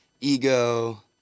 Ego